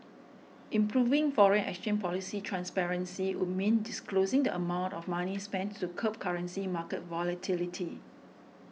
improving foreign exchange policy transparency would mean disclosing the amount of money spent to curb currency market volatility